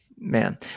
Man